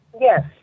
Yes